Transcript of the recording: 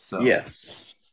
Yes